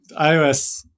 iOS